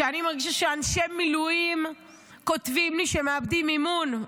כשאני מרגישה שאנשי מילואים כותבים לי שהם מאבדים אמון.